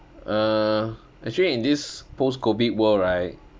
uh actually in this post COVID world right